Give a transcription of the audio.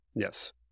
Yes